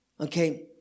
Okay